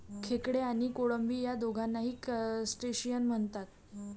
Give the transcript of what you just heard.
खेकडे आणि कोळंबी या दोघांनाही क्रस्टेशियन म्हणतात